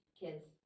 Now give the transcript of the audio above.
kids